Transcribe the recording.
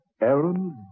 Aaron